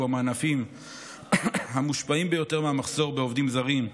שהוא מהענפים המושפעים ביותר מהמחסור בעובדים זרים,